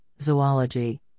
zoology